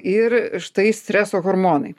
ir štai streso hormonai